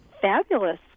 Fabulous